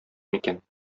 микән